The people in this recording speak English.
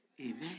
Amen